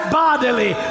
bodily